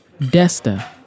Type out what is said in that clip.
Desta